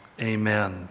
amen